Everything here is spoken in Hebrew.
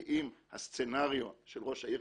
כי אם יתקיים הסצנריו של ראש העיר,